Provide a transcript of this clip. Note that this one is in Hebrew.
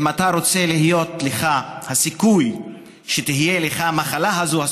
אם אתה רוצה שיהיה לך הסיכוי שתהיה לך המחלה הזאת,